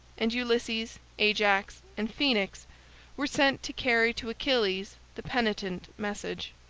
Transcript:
and ulysses, ajax, and phoenix were sent to carry to achilles the penitent message.